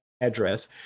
address